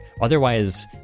otherwise